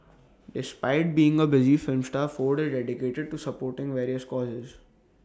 despite being A busy film star Ford is dedicated to supporting various causes